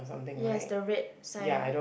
yes the red sign